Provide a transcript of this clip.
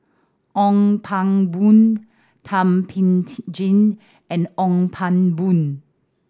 Ong Pang Boon Thum Ping T jin and Ong Pang Boon